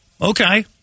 Okay